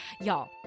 y'all